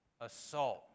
assault